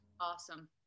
Awesome